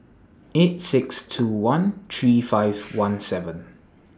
eight six two one three five one seven